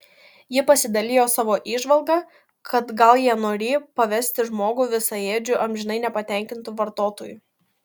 ji pasidalijo savo įžvalga kad gal jie norį paversti žmogų visaėdžiu amžinai nepatenkintu vartotoju